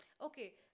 Okay